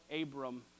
Abram